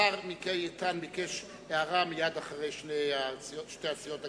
השר מיכאל איתן ביקש הערה מייד אחרי שתי הסיעות הגדולות.